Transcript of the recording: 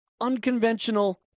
unconventional